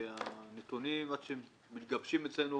הנתונים, עד שהם מתגבשים אצלנו